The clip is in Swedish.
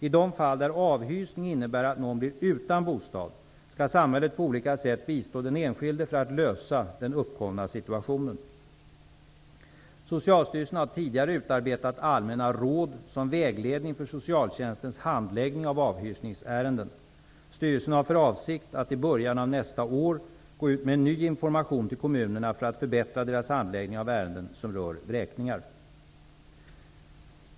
I de fall där avhysning innebär att någon blir utan bostad skall samhället på olika sätt bistå den enskilde för att lösa den uppkomna situationen. Socialstyrelsen har tidigare utarbetat allmänna råd som vägledning för socialtjänstens handläggning av avhysningsärenden. Styrelsen har för avsikt att i början av nästa år gå ut med ny information till kommunerna för att förbättra deras handläggning av ärenden som rör vräkningar.